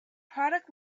product